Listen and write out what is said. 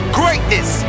greatness